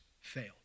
fail